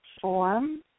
form